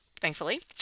thankfully